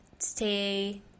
stay